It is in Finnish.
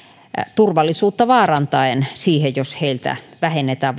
turvallisuutta vaarantaen siihen jos heiltä vähennetään